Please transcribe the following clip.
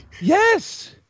Yes